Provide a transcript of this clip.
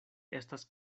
estas